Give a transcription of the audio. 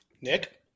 Nick